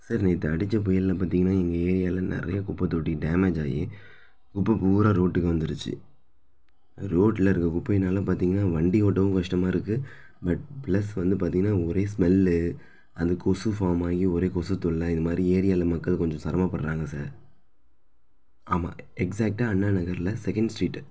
sir நேற்று அடிச்ச புயலில் பார்த்தீங்கன்னா எங்கள் ஏரியாவில நிறைய குப்பைத் தொட்டி டேமேஜ் ஆயி குப்பை பூரா ரோட்டுக்கு வந்துடுச்சு ரோட்டில இருக்கிற குப்பையினால் பார்த்தீங்கன்னா வண்டி ஓட்டவும் கஷ்டமாக இருக்கு பட் ப்ளஸ் வந்து பார்த்தீங்கன்னா ஒரே ஸ்மெல்லு அது கொசு ஃபார்ம் ஆயி ஒரே கொசு தொல்லை இது மாதிரி ஏரியாவில மக்கள் கொஞ்சம் சிரமப்பட்றாங்க சார் ஆமாம் எக்ஸாக்டாக அண்ணா நகரில் செகண்ட் ஸ்ட்ரீட்டு